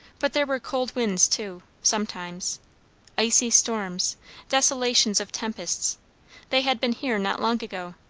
but there were cold winds, too, sometimes icy storms desolations of tempests they had been here not long ago.